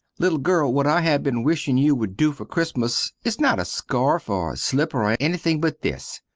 little girl, what i have been wishing you wood do fer christmas is not a scarf, or slipper or ennything but this.